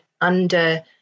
under-